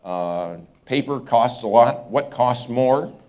paper costs a lot. what costs more?